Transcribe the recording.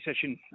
session